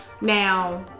Now